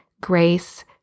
grace